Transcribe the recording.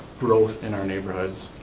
growth in our neighborhoods.